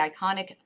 iconic